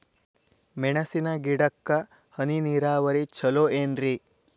ಮೆಣಸಿನ ಗಿಡಕ್ಕ ಹನಿ ನೇರಾವರಿ ಛಲೋ ಏನ್ರಿ?